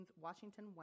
Washington